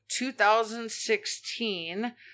2016